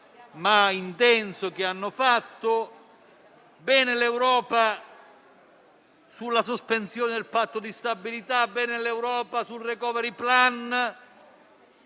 ma intenso che hanno svolto, bene l'Europa sulla sospensione del Patto di stabilità, bene l'Europa sul *recovery plan*,